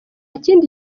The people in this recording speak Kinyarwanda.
kindi